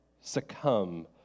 succumb